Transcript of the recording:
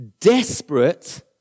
desperate